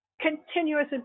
continuous